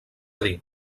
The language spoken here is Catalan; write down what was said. dir